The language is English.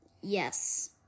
Yes